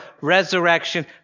resurrection